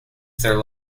their